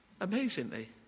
amazingly